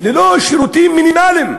ללא שירותים מינימליים.